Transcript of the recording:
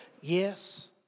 Yes